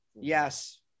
yes